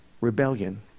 Rebellion